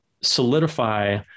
solidify